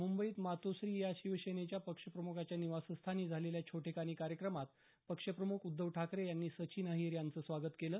मुंबईत मातोश्री या शिवसेना पक्षप्रमुखांच्या निवासस्थानी झालेल्या छोटेखानी कार्यक्रमात पक्षप्रम्ख उद्धव ठाकरे यांनी सचिन अहीर यांचं स्वागत केलं